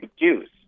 reduce